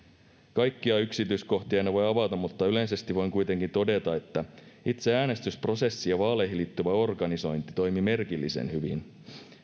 kaikkia yksityiskohtia en voi avata mutta yleisesti voin kuitenkin todeta että itse äänestysprosessi ja vaaleihin liittyvä organisointi toimivat merkillisen hyvin